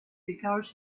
because